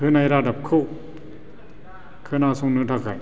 होनाय रादाबखौ खोनासंनो थाखाय